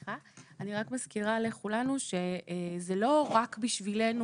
אני רק מזכירה לכולנו שזה לא רק בשבילנו,